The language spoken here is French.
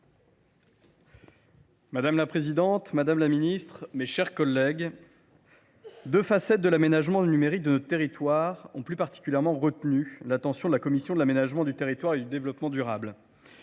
pour avis. Madame la ministre, mes chers collègues, deux facettes de l’aménagement numérique de notre territoire ont particulièrement retenu l’attention de la commission de l’aménagement du territoire et du développement durable.